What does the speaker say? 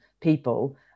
people